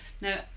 Now